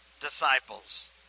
disciples